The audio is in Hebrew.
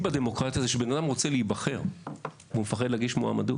בדמוקרטיה זה כשאדם רוצה להיבחר והוא מפחד להגיש מועמדות,